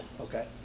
Okay